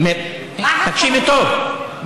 תקשיבי טוב,